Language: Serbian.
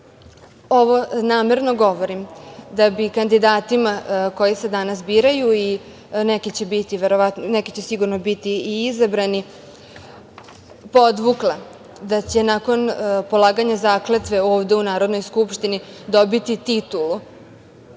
namerno govorim da bi kandidatima koji se danas biraju i neki će sigurno biti i izabrani podvukla da će nakon polaganja zakletve ovde u Narodnoj skupštini dobiti titulu.